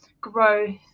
growth